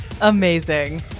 Amazing